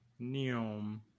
neom